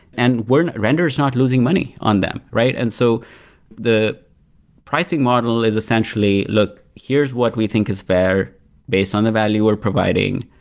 and render is not losing money on them, right? and so the pricing model is essentially look, here's what we think is fair based on the value we're providing.